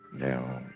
now